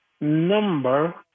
number